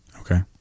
Okay